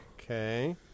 Okay